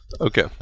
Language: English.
Okay